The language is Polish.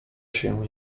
się